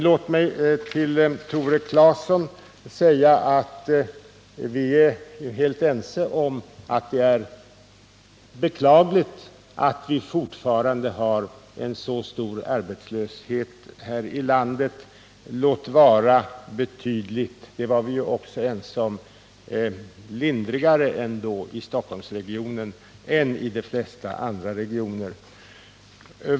Låt mig till Tore Claeson säga att vi är helt överens om att det är beklagligt att vi fortfarande har en så stor arbetslöshet här i landet, låt vara att den är betydligt lindrigare — det var vi tydligen också överens om — i Stockholmsregionen än i de flesta andra regioner.